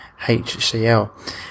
HCL